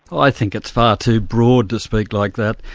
i think it's far too broad to speak like that.